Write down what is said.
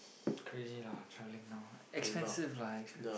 crazy lah trying now expensive lah expensive